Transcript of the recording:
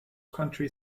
country